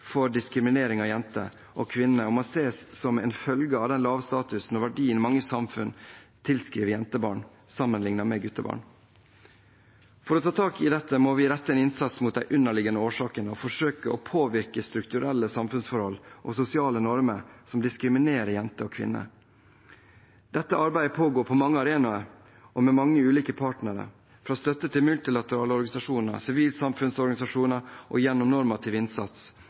for diskriminering av jenter og kvinner og må ses som en følge av den lave statusen og verdien mange samfunn tilskriver jentebarn, sammenlignet med guttebarn. For å ta tak i dette må vi rette en innsats mot de underliggende årsakene og forsøke å påvirke strukturelle samfunnsforhold og sosiale normer som diskriminerer jenter og kvinner. Dette arbeidet pågår på mange arenaer og med mange ulike partnere, fra støtte til multilaterale organisasjoner, sivilsamfunnsorganisasjoner og gjennom normativ innsats